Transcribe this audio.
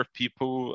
people